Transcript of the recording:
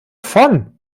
von